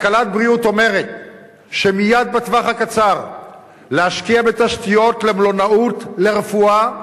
כלכלת בריאות אומרת שמייד בטווח הקצר להשקיע בתשתיות למלונאות לרפואה,